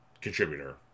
contributor